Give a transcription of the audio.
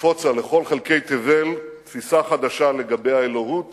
נפוצה לכל חלקי תבל תפיסה חדשה לגבי האלוהות